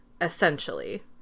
Essentially